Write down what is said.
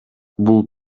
бул